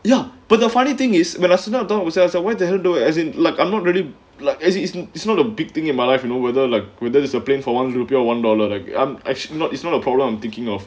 ya but the funny thing is when Arsenal duan wu says he went to her no as in like I'm not really like as it isn't it's not a big thing in my life you know whether like whether discipline for one rupiah one dollar like I'm actually not it's not a problem I'm thinking of